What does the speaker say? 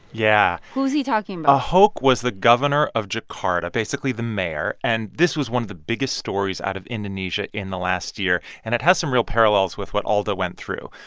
yeah who's he talking about? ah ahok was the governor of jakarta, basically the mayor. and this was one of the biggest stories out of indonesia in the last year. and it has some real parallels with what alldo went through.